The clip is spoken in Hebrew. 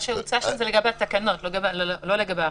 מה שהוצע שם זה לגבי התקנות, לא לגבי החוק.